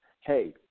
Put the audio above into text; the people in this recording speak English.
hey